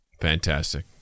Fantastic